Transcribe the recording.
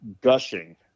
gushing